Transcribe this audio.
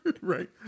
Right